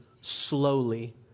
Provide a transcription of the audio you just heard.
slowly